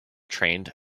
trained